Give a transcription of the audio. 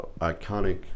iconic